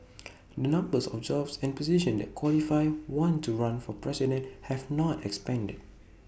the numbers of jobs and positions that qualify one to run for president have not expanded